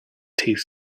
teeth